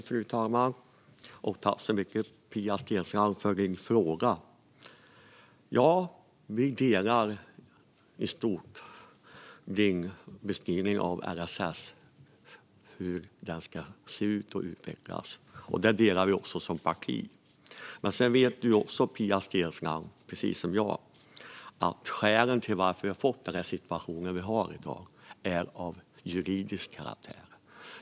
Fru talman! Tack, Pia Steensland, för frågan! Vi håller i stort med om Pia Steenslands beskrivning av hur LSS ska se ut och utvecklas. Detta håller vi också med om som parti. Sedan vet Pia Steensland, precis som jag, att skälen till att vi har fått den situation vi har i dag är av juridisk karaktär.